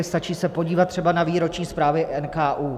Stačí se podívat třeba na výroční zprávy NKÚ.